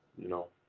you know?